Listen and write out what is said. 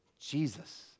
Jesus